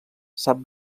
sap